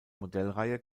modellreihe